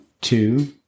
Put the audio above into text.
two